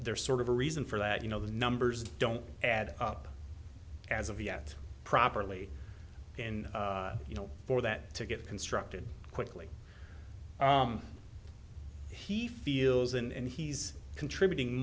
there's sort of a reason for that you know the numbers don't add up as of yet properly and you know for that to get constructed quickly he feels and he's contributing